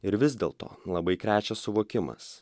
ir vis dėl to labai krečia suvokimas